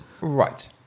Right